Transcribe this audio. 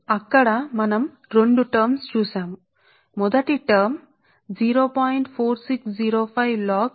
కాబట్టి conductor i యొక్క flux linkage కోసం ఇది ఈ గణిత సమీకరణాలు చాలా ముఖ్యమైనవి